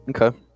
Okay